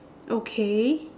okay